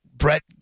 Brett